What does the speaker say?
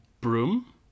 broom